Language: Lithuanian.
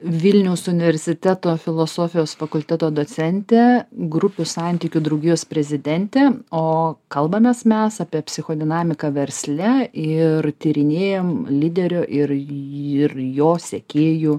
vilniaus universiteto filosofijos fakulteto docentė grupių santykių draugijos prezidentė o kalbamės mes apie psichodinamiką versle ir tyrinėjam lyderio ir ir jo sekėjų